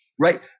Right